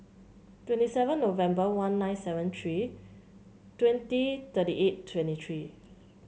twenty seven November one nine seven three twenty thirty eight twenty three